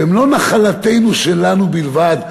והם לא נחלתנו שלנו בלבד,